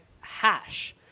hash